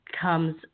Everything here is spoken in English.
comes